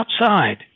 outside